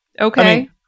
okay